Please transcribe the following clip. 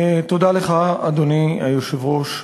תודה לך, אדוני היושב-ראש.